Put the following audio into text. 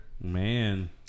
Man